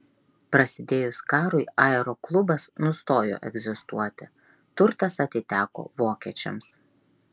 prasidėjus karui aeroklubas nustojo egzistuoti turtas atiteko vokiečiams